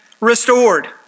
restored